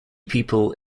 people